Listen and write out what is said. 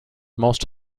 most